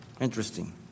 Interesting